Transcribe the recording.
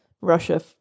Russia